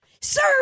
Sir